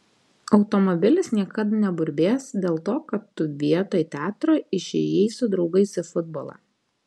automobilis niekad neburbės dėl to kad tu vietoj teatro išėjai su draugais į futbolą